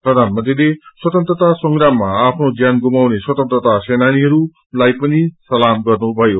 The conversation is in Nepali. प्रधानमंत्रीले स्वतन्त्रता संग्रामामा आफ्नो ज्यान गुमाउने स्वतन्त्रता सेनानीहरूलाइ पनि सलाम गर्नुभयो